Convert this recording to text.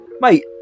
mate